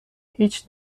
هیچ